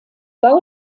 bau